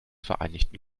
vereinigten